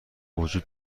وجود